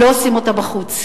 לא עושים בחוץ.